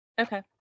Okay